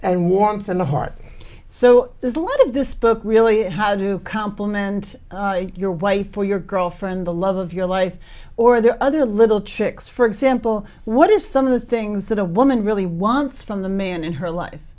and warmth in the heart so there's a lot of this book really how do compliment your wife or your girlfriend the love of your life or the other little chicks for example what are some of the things that a woman really wants from the man in her life